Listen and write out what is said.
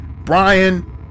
Brian